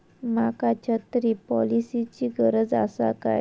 माका छत्री पॉलिसिची गरज आसा काय?